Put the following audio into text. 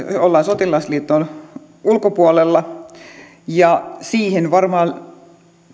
olemme sotilasliiton ulkopuolella ja siihen varmaan